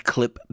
Clip